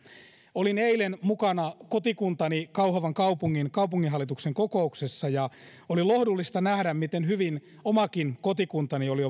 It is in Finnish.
olin eilen mukana kotikuntani kauhavan kaupungin kaupunginhallituksen kokouksessa ja oli lohdullista nähdä miten hyvin omakin kotikuntani oli